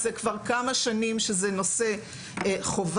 כבר כמה שנים זה נושא חובה.